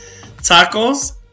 Tacos